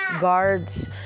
guards